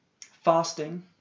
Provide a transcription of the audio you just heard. Fasting